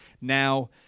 now